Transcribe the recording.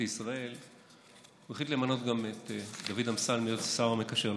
ישראל הוא החליט למנות גם את דוד אמסלם להיות השר המקשר לכנסת.